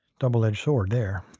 double-edged sword there.